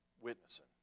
witnessing